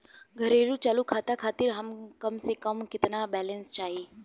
हमरे चालू खाता खातिर कम से कम केतना बैलैंस चाही?